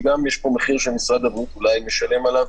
יש פה מחיר שמשרד הבריאות אולי משלם עליו